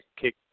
kick